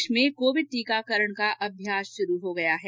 देश में कोविड टीकाकरण का अभ्यास शुरू हो गया है